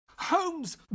Holmes